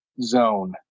zone